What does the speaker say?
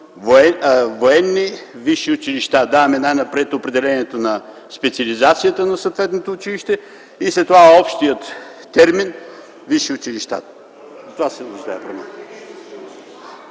„военни висши училища”. Даваме най-напред определението на специализацията на съответното училище и след това общия термин „висши училища”.